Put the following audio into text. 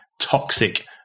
toxic